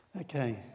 Okay